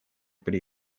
при